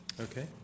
Okay